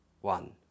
one